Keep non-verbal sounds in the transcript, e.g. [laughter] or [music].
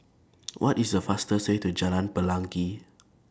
[noise] What IS The fastest Way to Jalan Pelangi